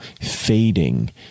fading